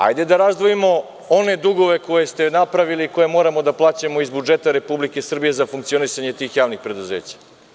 Hajde da razdvojimo one dugove koje ste napravili i koje moramo da plaćamo iz budžeta Republike Srbije za funkcionisanje tih javnih preduzeća.